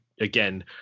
again